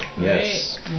Yes